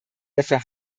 dafür